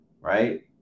right